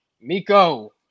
Miko